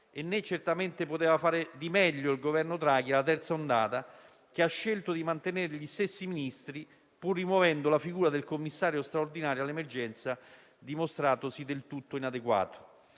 Né certamente poteva fare di meglio per la terza ondata il Governo Draghi, che ha scelto di mantenere gli stessi Ministri, pur rimuovendo la figura del commissario straordinario all'emergenza, dimostratosi del tutto inadeguato.